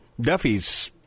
Duffy's